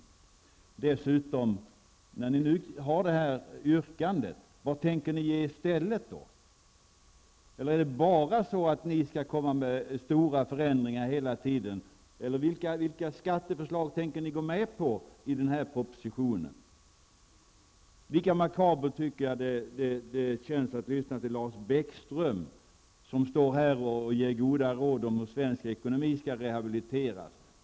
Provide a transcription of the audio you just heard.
När ni socialdemokrater nu har detta yrkande, vad tänker ni då ge i stället, eller skall ni bara komma med stora förändringar hela tiden? Vilka skatteförslag i denna proposition tänker ni gå med på? Lika makabert tycker jag att det känns att lyssna till Lars Bäckström som står här och ger goda råd om hur svensk ekonomi skall rehabiliteras.